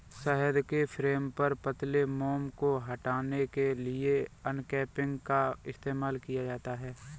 शहद के फ्रेम पर पतले मोम को हटाने के लिए अनकैपिंग का इस्तेमाल किया जाता है